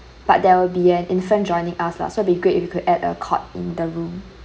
but there will be an infant joining us lah so it'd be great if you could add a cot in the room